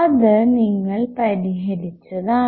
അത് നിങ്ങൾ പരിഹരിച്ചതാണ്